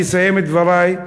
ואני אסיים את דברי,